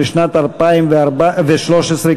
לשנת 2013,